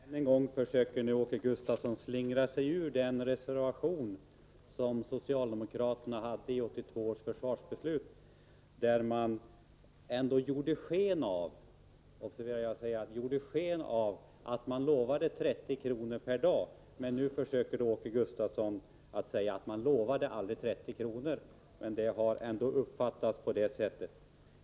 Fru talman! Än en gång försöker nu Åke Gustavsson slingra sig ifrån socialdemokraternas reservation till 1982 års försvarsbeslut, där man gjorde sken av — observera att jag säger gjorde sken av — att man lovade 30 kr. per dag. Nu försöker Åke Gustavsson säga att man aldrig lovade 30 kr. Det har ändå uppfattats på det sättet.